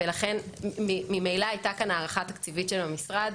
ולכן ממילא הייתה כאן הערכה תקציבית של המשרד,